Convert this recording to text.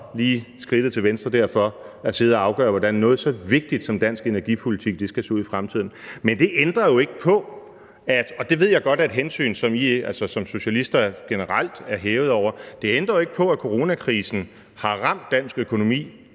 lige skridtet til venstre derfor – at sidde og afgøre, hvordan noget så vigtigt som dansk energipolitik skal se ud i fremtiden. Men det ændrer jo ikke på – og det ved jeg godt er et hensyn, som socialister generelt er hævet over – at coronakrisen har ramt dansk økonomi